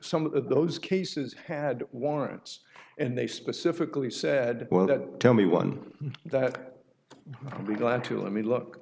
some of those cases had warrants and they specifically said well don't tell me one that will be glad to let me look